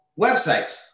websites